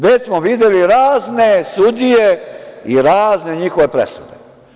Već smo videli razne sudije i razne njihove presude.